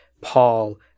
Paul